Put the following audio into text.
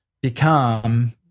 become